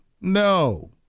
no